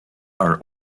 are